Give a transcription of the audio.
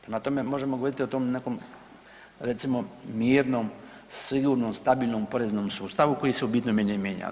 Prema tome, možemo govoriti o tom nekom recimo mirnom, sigurnom, stabilnom poreznom sustavu koji se u bitnome ne mijenja.